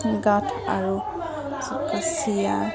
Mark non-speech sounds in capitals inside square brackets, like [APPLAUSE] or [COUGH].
[UNINTELLIGIBLE]